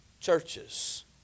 churches